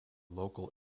local